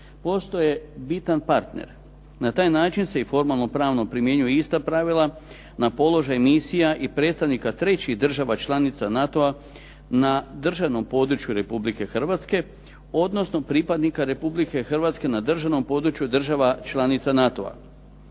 postaje bitan partner. Na taj način se formalno pravno primjenjuju ista pravila na položaj misija i predstavnika trećih država članica NATO-a na državnom području Republike Hrvatske odnosno pripadnika Republike Hrvatske na držanom području država članica NATO-a.